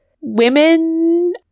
women